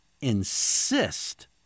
insist